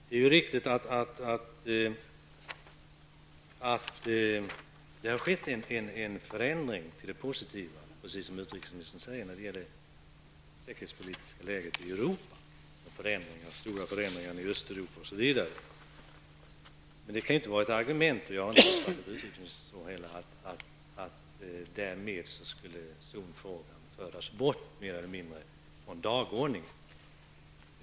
Det är riktigt att det har skett en förändring till det positiva när det gäller det säkerhetspolitiska läget i Europa, med de stora förändringarna i Östeuropa osv., precis som utrikesministern säger. Men det kan ju inte vara ett argument för att zonfrågan därmed mer eller mindre skulle föras bort från dagordningen.